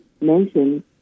mention